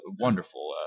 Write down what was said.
wonderful